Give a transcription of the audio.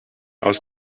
aus